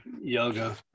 yoga